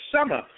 Summer